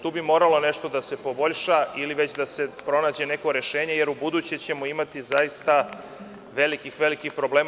Tu bi moralo nešto da se poboljša ili već da se pronađe neko rešenje, jer ubuduće ćemo imati zaista velikih problema.